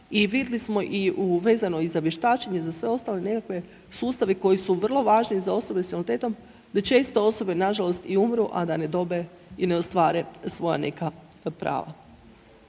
vidli smo i u, vezano i za vještačenje i za sve ostale nekakve sustave koji su vrlo važni za osobe s invaliditetom da često osobe nažalost i umru, a da ne dobe i ne ostvare svoja neka prava.